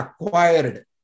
acquired